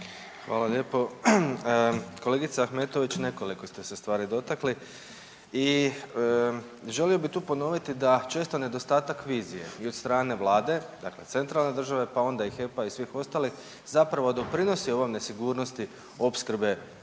Hvala lijepo. Kolegice Ahmetović, nekoliko ste se stvari dotakli i želio bi tu ponoviti da često nedostatak vizije i od strane vlade, dakle centralne države, pa onda i HEP-a i svih ostalih zapravo doprinosi ovoj nesigurnosti opskrbe